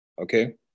okay